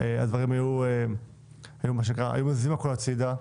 היו מזיזים הכול הצידה,